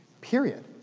period